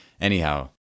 Anyhow